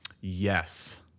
Yes